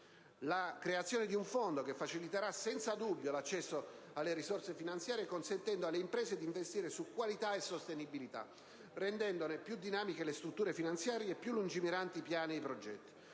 La creazione di un Fondo che faciliterà senza dubbio l'accesso alle risorse finanziarie, consentendo alle imprese di investire su qualità e sostenibilità, rendendone più dinamiche le strutture finanziarie e più lungimiranti i piani e i progetti,